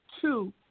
two